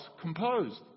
composed